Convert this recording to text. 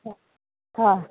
হয়